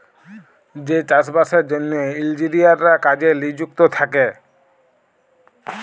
যে চাষ বাসের জ্যনহে ইলজিলিয়াররা কাজে লিযুক্ত থ্যাকে